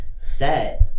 set